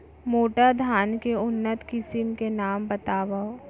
मोटा धान के उन्नत किसिम के नाम बतावव?